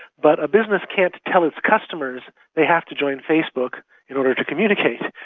but a business can't tell its customers they have to join facebook in order to communicate.